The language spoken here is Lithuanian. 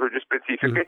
žodžiu specifikai